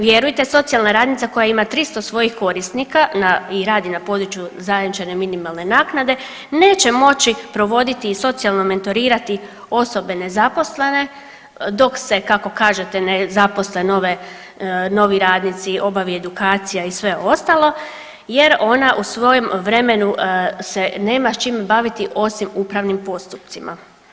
Vjerujte socijalna radnica koja ima 300 svojih korisnika i radi na području zajamčene minimalne naknade neće moći provoditi i socijalno mentorirati osobe nezaposlene dok se kako kažete ne zaposle novi radnici, obavi edukacija i sve ostalo jer ona u svojem vremenu se nema čim baviti osim upravnim postupcima.